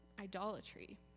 idolatry